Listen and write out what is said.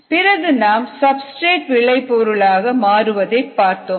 பிறகு நாம் சப்ஸ்டிரேட் விளை பொருளாக மாறுவதை பார்த்தோம்